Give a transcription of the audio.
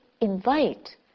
invite